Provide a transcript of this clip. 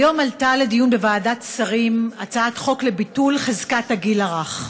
היום עלתה לדיון בוועדת שרים הצעת חוק לביטול חזקת הגיל הרך.